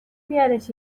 بیارش